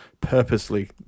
purposely